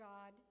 God